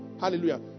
Hallelujah